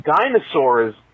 dinosaurs